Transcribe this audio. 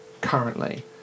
currently